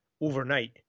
overnight